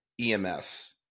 EMS